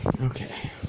Okay